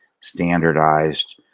standardized